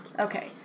okay